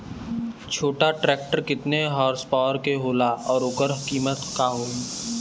छोटा ट्रेक्टर केतने हॉर्सपावर के होला और ओकर कीमत का होई?